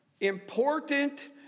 important